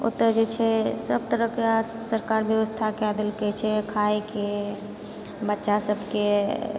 ओतहु जे छै सब तरहकेँ सरकार व्यवस्था कए देलकै छै खाएके बच्चासबकेँ